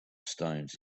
stones